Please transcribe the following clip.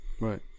Right